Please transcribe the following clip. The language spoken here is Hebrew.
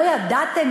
לא ידעתם?